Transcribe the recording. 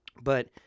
But-